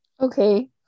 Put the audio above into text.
okay